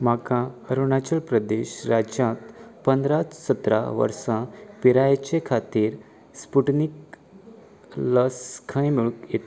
म्हाका अरुणाचल प्रदेश राज्यांत पंदरा ते सतरा वर्सां पिरायेचे खातीर स्पुटनिक लस खंय मेळूंक ये